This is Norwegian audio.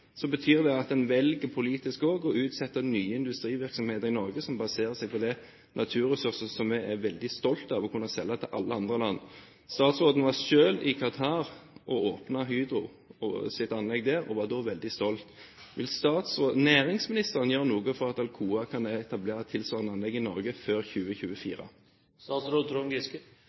så betyr det at en også politisk velger å utsette nye industrivirksomheter i Norge som baserer seg på de naturressurser som vi er veldig stolte av å kunne selge til alle andre land. Statsråden var selv i Qatar og åpnet Hydros anlegg, og var da veldig stolt. Vil næringsministeren gjøre noe for at Alcoa kan etablere tilsvarende anlegg i Norge før